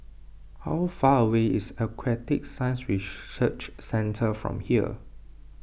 how far away is Aquatic Science Research Centre from here